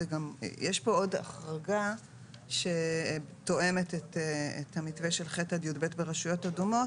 יש פה עוד החרגה שתואמת את המתווה של ח' עד י"ב ברשויות אדומות,